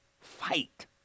fight